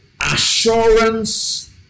assurance